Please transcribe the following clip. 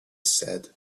said